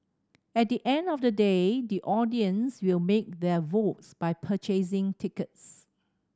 at the end of the day the audience will make their votes by purchasing tickets